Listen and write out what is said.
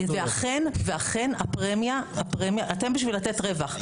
ואכן הפרמיה, אתם בשביל לתת רווח.